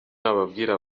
nabwira